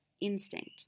instinct